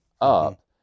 up